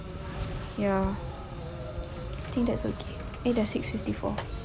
ya I think that's okay eh dah six fifty four